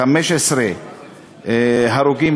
15 הרוגים,